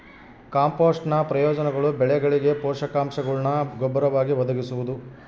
ಕಾಂಪೋಸ್ಟ್ನ ಪ್ರಯೋಜನಗಳು ಬೆಳೆಗಳಿಗೆ ಪೋಷಕಾಂಶಗುಳ್ನ ಗೊಬ್ಬರವಾಗಿ ಒದಗಿಸುವುದು